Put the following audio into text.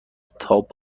تاپ